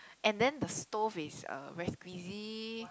and then the stove is uh very squeezy